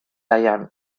derrière